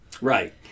Right